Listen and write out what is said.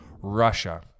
Russia